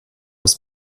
ist